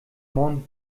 mont